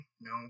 No